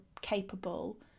capable